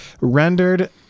rendered